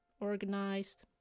Organized